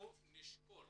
אנחנו נשקול